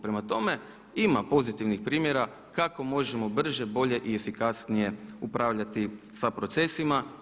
Prema tome, ima pozitivnih primjera kako možemo brže, bolje i efikasnije upravljati sa procesima.